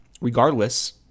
Regardless